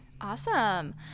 Awesome